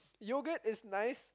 yogurt is nice